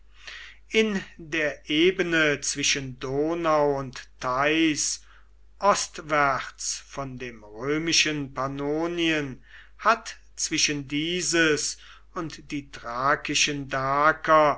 in der ebene zwischen donau und theiß ostwärts von dem römischen pannonien hat zwischen dieses und die thrakischen